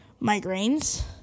migraines